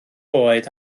oed